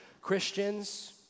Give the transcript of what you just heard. Christians